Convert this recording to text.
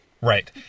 Right